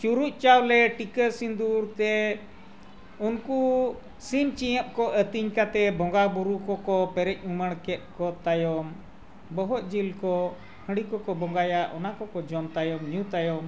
ᱪᱩᱨᱩᱡ ᱪᱟᱣᱞᱮ ᱴᱤᱠᱟᱹ ᱥᱤᱸᱫᱩᱨ ᱛᱮ ᱩᱱᱠᱩ ᱥᱤᱢ ᱪᱤᱸᱭᱟᱹᱵ ᱠᱚ ᱟᱹᱛᱤᱧ ᱠᱟᱛᱮᱫ ᱵᱚᱸᱜᱟ ᱵᱩᱨᱩ ᱠᱚᱠᱚ ᱯᱮᱨᱮᱡ ᱩᱢᱟᱹᱲ ᱠᱮᱫ ᱠᱚ ᱛᱟᱭᱚᱢ ᱵᱚᱦᱚᱜ ᱡᱤᱞ ᱠᱚ ᱦᱟᱺᱰᱤ ᱠᱚᱠᱚ ᱵᱚᱸᱜᱟᱭᱟ ᱚᱱᱟ ᱠᱚᱠᱚ ᱡᱚᱢ ᱛᱟᱭᱚᱢ ᱧᱩ ᱛᱟᱭᱚᱢ